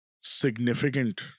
significant